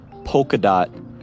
Polkadot